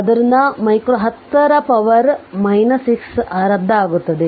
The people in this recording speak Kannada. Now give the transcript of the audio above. ಆದ್ದರಿಂದ ಮೈಕ್ರೊ 10 ರ ಪವರ್ 6 ರದ್ದಾಗುತ್ತದೆ